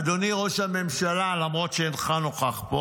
אדוני ראש הממשלה, למרות שאינך נוכח פה